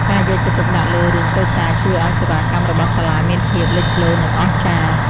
ការយកចិត្តទុកដាក់លើរឿងតូចតាចជួយឱ្យសេវាកម្មរបស់សាលាមានភាពលេចធ្លោនិងអស្ចារ្យ។